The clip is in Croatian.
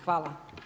Hvala.